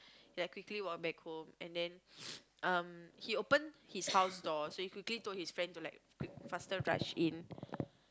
like quickly walked back home and then um he open his house door so he quickly told his friend to like quick faster rush in